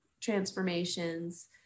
transformations